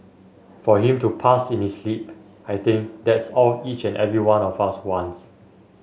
for him to pass in his sleep I think that's all each and every one of us wants